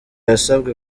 yasabwe